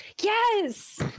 yes